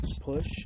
Push